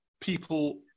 people